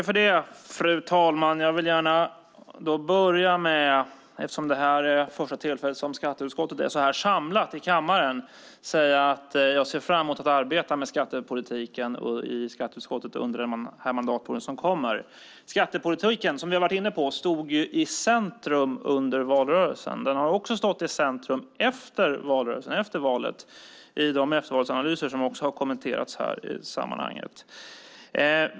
Fru talman! Eftersom det är första tillfället som skatteutskottet är samlat i kammaren vill jag börja med att säga att jag ser fram emot att arbeta med skattepolitik i utskottet under denna mandatperiod. Skattepolitiken stod i centrum under valrörelsen. Den har också stått i centrum efter valet i de eftervalsanalyser som har kommenterats här.